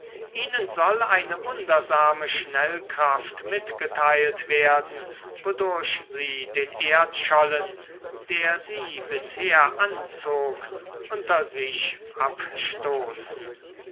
ihnen soll eine wundersame schnellkraft mitgeteilt werden wodurch sie den erdschollen der sie bisher anzog unter sich abstoßen